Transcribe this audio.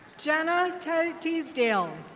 jenna tydeasdale.